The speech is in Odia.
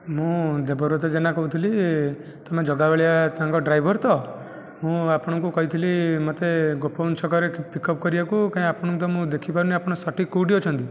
ମୁଁ ଦେବବ୍ରତ ଜେନା କହୁଥିଲି ତୁମେ ଜଗା ବଳିଆ ତାଙ୍କ ଡ୍ରାଇଭର ତ ମୁଁ ଆପଣଙ୍କୁ କହିଥିଲି ମୋତେ ଗୋପବନ୍ଧୁ ଛକରେ ପିକ୍ ଅପ୍ କରିବାକୁ କାହିଁ ଆପଣଙ୍କୁ ତ ମୁଁ ଦେଖି ପାରୁନାହିଁ ଆପଣ ସଠିକ୍ କେଉଁଠି ଅଛନ୍ତି